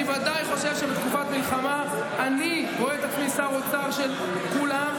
אני ודאי חושב שבתקופת מלחמה אני רואה את עצמי שר אוצר של כולם,